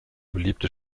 beliebte